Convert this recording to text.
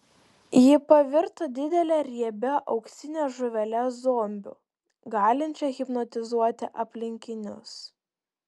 jis pavirto didele riebia auksine žuvele zombiu galinčia hipnotizuoti aplinkinius